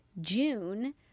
June